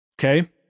Okay